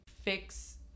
fix